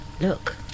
look